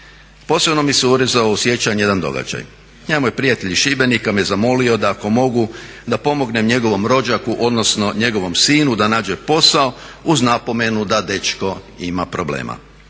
Posebno mi se urezao u sjećanje jedan događaj. Jedan moj prijatelj iz Šibenika me zamolio da ako mogu da pomognem njegovom rođaku odnosno njegovom sinu da nađe posao uz napomenu da dečko ima problema.